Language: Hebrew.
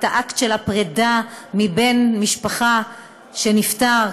את האקט של הפרדה מבן משפחה שנפטר.